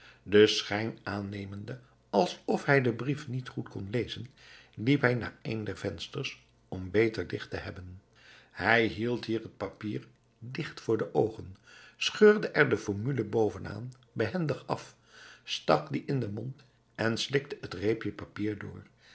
den schijn aannemende alsof hij den brief niet goed kon lezen liep hij naar een der vensters om beter licht te hebben hij hield hier het papier digt voor de oogen scheurde er de formule bovenaan behendig af stak die in den mond en slikte het reepje papier door